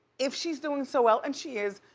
if she's doing so well, and she is,